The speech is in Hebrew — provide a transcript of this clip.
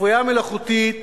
הפריה מלאכותית ואימוץ,